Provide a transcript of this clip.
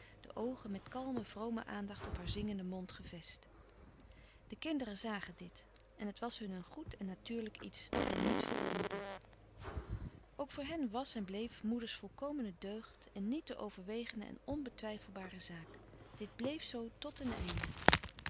de oogen met kalme vrome aandacht op haar zingenden mond gevest de kinderen zagen dit en het was hun een goed en natuurlijk iets dat hen niet verwonderde ook voor hen was en bleef moeders volkomene deugd een niet te overwegene en onbetwijfelbare zaak dit bleef zoo tot den einde